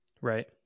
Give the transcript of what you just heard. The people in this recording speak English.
Right